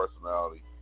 personality